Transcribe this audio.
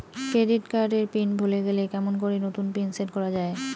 Credit card এর PIN ভুলে গেলে কেমন করি নতুন পিন সেট করা য়ায়?